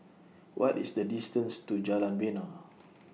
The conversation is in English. What IS The distance to Jalan Bena